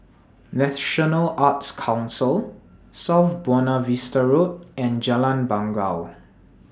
National Arts Council South Buona Vista Road and Jalan Bangau